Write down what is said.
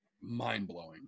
mind-blowing